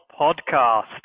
podcast